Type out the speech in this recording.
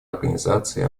организации